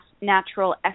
natural